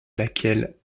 laquelle